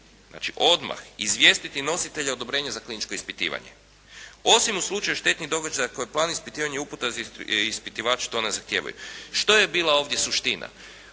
znači odmah izvijestiti nositelja odobrenja za kliničko ispitivanje, osim u slučaju štetnih događaja koja plan ispitivanja i uputa ispitivača to ne zahtijevaju. Što je bila ovdje suština?